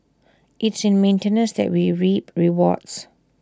it's in maintenance that we reap rewards